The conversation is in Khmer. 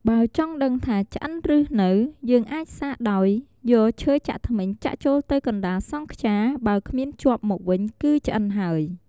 បើចង់ដឹងថាឆ្អិនល្អឬនៅយើងអាចសាកដោយយកឈើចាក់ធ្មេញចាក់ចូលទៅកណ្តាលសង់ខ្យា បើគ្មានជាប់មកវិញគឺឆ្អិនហើយ។